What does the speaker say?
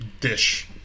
dish